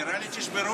נראה לי שתשברו.